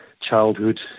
childhood